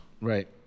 Right